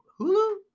Hulu